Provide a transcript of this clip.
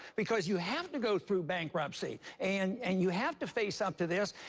because you have to go through bankruptcy and and you have to face up to this.